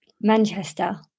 manchester